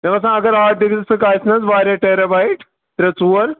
مےٚ باسان اَگر آو تیٚلہِ نِن ژٕ کاپی حظ واریاہ ٹیرا بایِٹ ترٛےٚ ژور